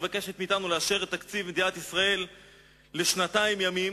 מבקשת מאתנו לאשר את תקציב מדינת ישראל לשנתיים ימים.